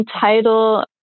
title